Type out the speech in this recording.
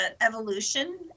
evolution